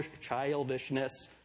childishness